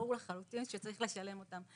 ברור לחלוטין שצריך לשלם אותם,